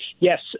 Yes